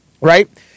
right